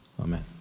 Amen